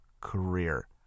career